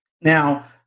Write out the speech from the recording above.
Now